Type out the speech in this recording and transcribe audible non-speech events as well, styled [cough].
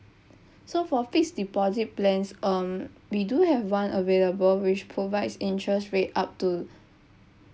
so for fixed deposit plans um we do have one available which provides interest rate up to [breath]